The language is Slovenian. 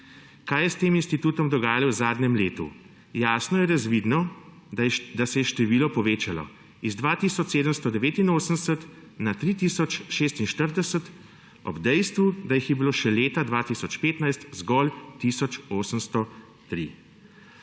Kaj se je s tem institutom dogajalo v zadnjem letu? Jasno je razvidno, da se je število povečalo z 2 tisoč 789 na 3 tisoč 46, ob dejstvu, da jih je bilo še leta 2015 zgolj tisoč